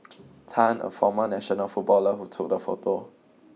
Tan a former national footballer who took the photo